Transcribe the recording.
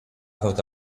thought